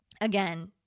Again